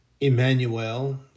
Emmanuel